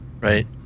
Right